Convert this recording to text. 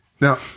Now